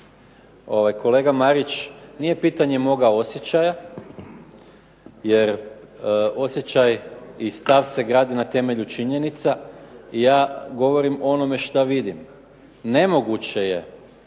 Kolega Marić, nije pitanje moga osjećaja jer osjećaj i stav se gradi na temelju činjenica. Ja govorim o onome šta vidim. Nemoguće je